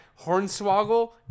Hornswoggle